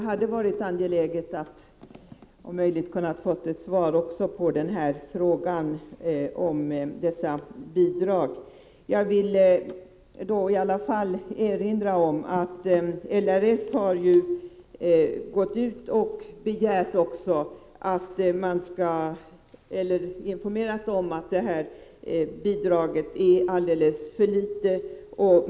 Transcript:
Herr talman! Det hade varit angeläget att få svar också på frågan om bidragen. Jag vill i alla fall erinra om att LRF gått ut och informerat om att bidraget är alldeles för litet.